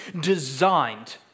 designed